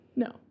No